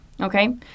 Okay